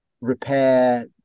repair